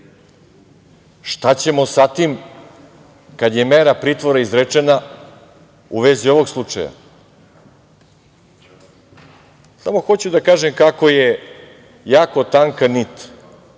Šta ćemo sa tim kad je mera pritvora izrečena, u vezi ovog slučaja? Samo hoću da kažem kako je jako tanka nit